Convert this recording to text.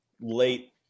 late